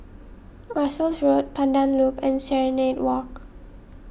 Russels Road Pandan Loop and Serenade Walk